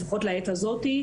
לעת הזאת לפחות,